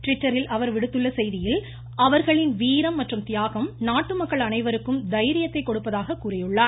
ட்விட்டரில் அவர் விடுத்துள்ள செய்தியில் இந்த அவர்களின் வீரம் மற்றும் தியாகம் நாட்டு மக்கள் அனைவருக்கும் தைரியத்தை கொடுப்பதாக கூறியுள்ளார்